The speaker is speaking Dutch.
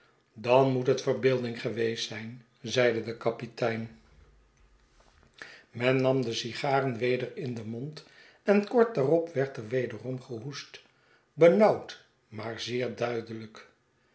dan moet het verbeelding zijngeweest zeide de kapitein men nam de sigaren weder in den mond en kort daarop werd er wederom gehoest benauwd maar zeer duidelijk